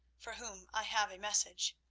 for whom i have a message.